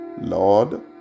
Lord